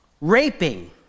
raping